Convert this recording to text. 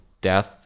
death